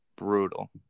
Brutal